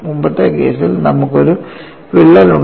മുമ്പത്തെ കേസിൽ നമുക്കൊരു വിള്ളൽ ഉണ്ടായിരുന്നു